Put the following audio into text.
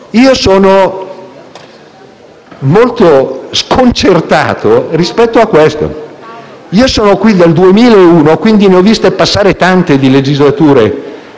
Sono molto sconcertato rispetto a questo punto. Sono qui dal 2001, quindi ne ho viste passare tante di legislature